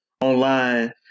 online